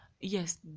Yes